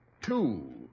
Two